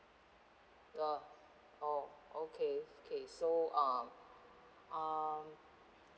uh oh okay okay so um um